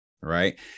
right